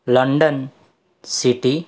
London city